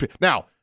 Now